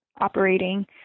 operating